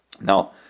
Now